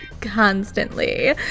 constantly